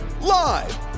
live